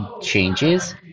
changes